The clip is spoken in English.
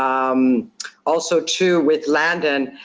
um also, too, with landon,